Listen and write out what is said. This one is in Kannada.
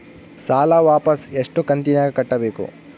ಸಾಲ ವಾಪಸ್ ಎಷ್ಟು ಕಂತಿನ್ಯಾಗ ಕಟ್ಟಬೇಕು?